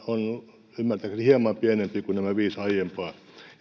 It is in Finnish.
on ymmärtääkseni hieman pienempi kuin nämä viisi aiempaa